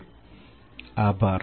આપ સૌનો આભાર